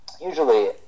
usually